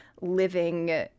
living